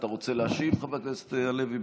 אתה רוצה להשיב, חבר הכנסת הלוי?